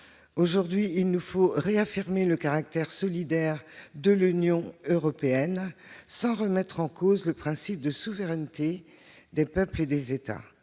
Aujourd'hui, il nous faut réaffirmer le caractère solidaire de l'Union européenne, sans remettre en cause le principe de souveraineté des peuples et des États,